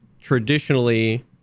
traditionally